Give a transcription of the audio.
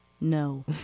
No